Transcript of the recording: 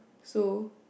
so